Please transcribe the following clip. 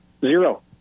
zero